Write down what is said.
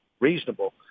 reasonable